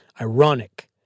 Ironic